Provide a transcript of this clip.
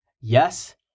Yes